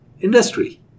industry